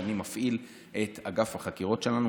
כשאני מפעיל את אגף החקירות שלנו,